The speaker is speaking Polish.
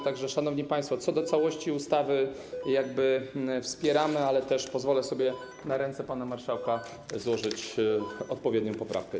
Tak że, szanowni państwo, odnośnie do całości ustawy - wspieramy, ale też pozwolę sobie na ręce pana marszałka złożyć odpowiednią poprawkę.